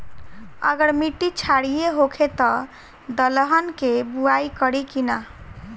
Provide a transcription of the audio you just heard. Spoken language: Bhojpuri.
अगर मिट्टी क्षारीय होखे त दलहन के बुआई करी की न?